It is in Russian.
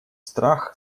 страх